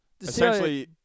Essentially